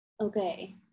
Okay